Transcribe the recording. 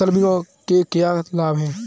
फसल बीमा के क्या लाभ हैं?